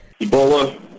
Ebola